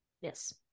Yes